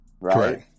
right